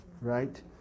right